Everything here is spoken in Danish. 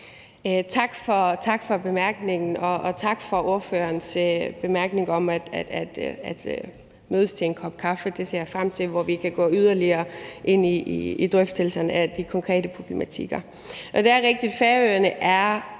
Tak for ordførerens bemærkning om at mødes til en kop kaffe – det ser jeg frem til – hvor vi kan gå yderligere ind i drøftelserne af de konkrete problematikker.